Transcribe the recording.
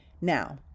Now